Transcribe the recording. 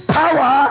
power